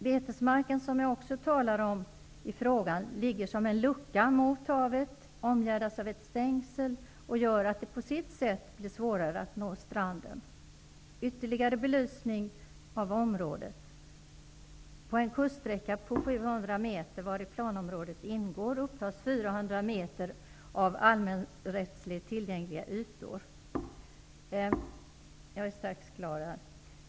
Betesmarken, som jag också talade om, ligger som en lucka mot havet, omgärdad av ett stängsel, och det gör att det på sitt sätt blir svårare att nå stranden. Jag kan ge ytterligare en belysning av området: På en kuststräcka på 700 m, vari planområdet ingår, upptas 400 m av allmänrättsligt tillgängliga ytor.